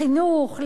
לחינוך,